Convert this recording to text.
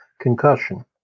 concussion